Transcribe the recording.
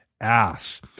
ass